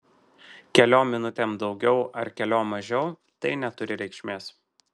keliom minutėm daugiau ar keliom mažiau tai neturi reikšmės